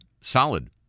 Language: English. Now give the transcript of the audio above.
solid